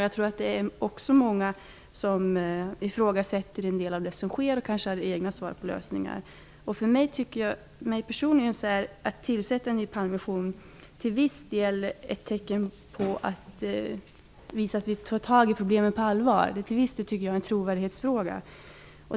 Jag tror att det också är många som ifrågasätter en del av det som sker och kanske har egna lösningar. För mig personligen är tillsättandet av en ny Palmekommission ett tecken på att man tar tag i problemen på allvar. Till viss del tycker jag att det är en trovärdighetsfråga.